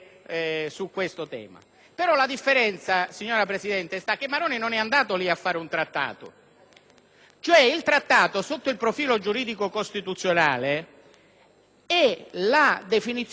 poiché un Trattato, sotto il profilo giuridico-costituzionale, è la definizione di un sistema ordinamentale comune tra due Stati per la disciplina di alcune materie.